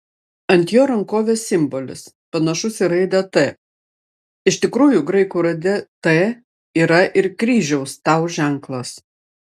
ant jo rankovės simbolis panašus į raidę t iš tikrųjų graikų raidė t yra ir kryžiaus tau ženklas